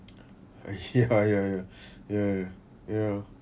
ah ya ya ya ya ya ya